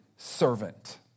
servant